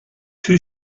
two